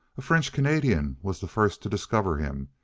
a french-canadian was the first to discover him,